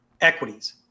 equities